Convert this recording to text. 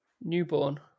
Newborn